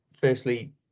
firstly